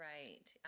Right